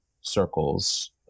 circles